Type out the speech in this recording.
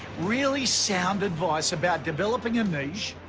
really sound advice about developing a niche,